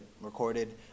recorded